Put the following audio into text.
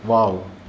wow